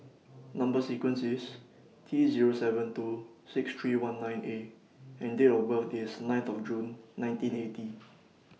Number sequence IS T Zero seven two six three one nine A and Date of birth IS ninth of June nineteen eighty